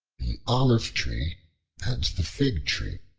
olive-tree and the fig-tree